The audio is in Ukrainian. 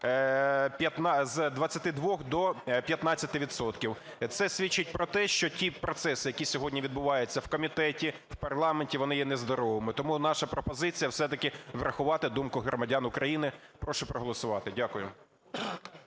з 22 до 15 відсотків. Це свідчить про те, що ті процеси, які сьогодні відбуваються в комітеті, в парламенті, вони є нездоровими. Тому наша пропозиція все-таки врахувати думку громадян України. Прошу проголосувати. Дякую.